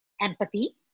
empathy